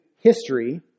history